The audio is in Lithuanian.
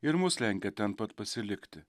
ir mus lenkia ten pat pasilikti